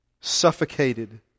suffocated